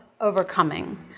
overcoming